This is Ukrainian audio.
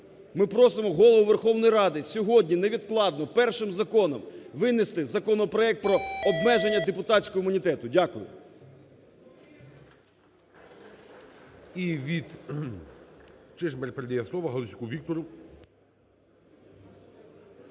Ми просимо Голову Верховної Ради сьогодні невідкладно першим законом винести законопроект про обмеження депутатського імунітету. Дякую.